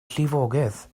llifogydd